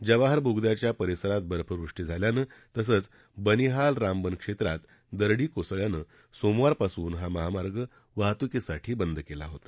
जवाहर बोगद्याच्या परिसरात बर्फवृष्टी झाल्यानं तसंच बनिहाल रामबन क्षेत्रात दरडी कोसळल्यानं सोमवारपासून हा महामार्ग वाहतुकीसाठी बंद केला होता